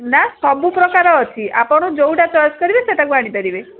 ନା ସବୁ ପ୍ରକାର ଅଛି ଆପଣ ଯେଉଁଟା ଚଏସ୍ କରିବେ ସେଇଟାକୁ ଆଣିପାରିବେ